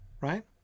right